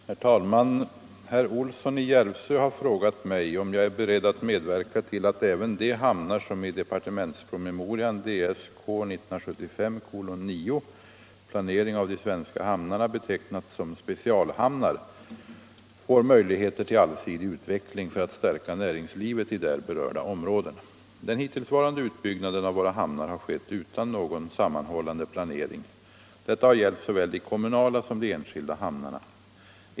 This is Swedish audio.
1200, = och anförde: Om planeringen av Herr talman! Herr Olsson i Järvsö har frågat mig om jag är beredd = hamnsystemet att medverka till att även de hamnar som i departementspromemorian Planering av de svenska hamnarna betecknats som specialhamnar får möjligheter till allsidig utveckling, för att stärka näringslivet i där berörda områden. Den hittillsvarande utbyggnaden av våra hamnar har skett utan någon sammanhållande planering. Detta har gällt såväl de kommunala som de enskilda hamnarna.